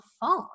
phone